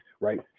right